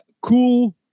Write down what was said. cool